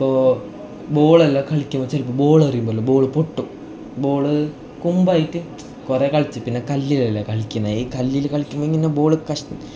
ഇപ്പോൾ ബോൾ എല്ലാം കളിക്കും ചിലപ്പോൾ ബോൾ എറിയുമ്പോൾ എല്ലാം ബോൾ പൊട്ടും ബോൾ കൊമ്പായിട്ട് കുറേ കളിച്ച് പിന്നെ കല്ലിലെല്ലാം കളിക്കുന്നത് ഈ കല്ലിൽ കളിക്കുമ്പം ഇങ്ങനെ ബോൾ കഷ്